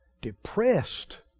depressed